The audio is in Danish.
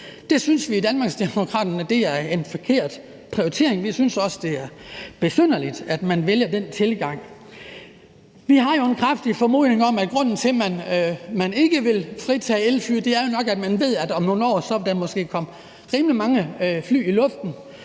Det synes vi i Danmarksdemokraterne er en forkert prioritering. Vi synes også, det er besynderligt, at man vælger den tilgang. Vi har en kraftig formodning om, at grunden til, at man ikke vil fritage elfly, er, at om nogle år vil der måske komme rimelig mange fly i luften,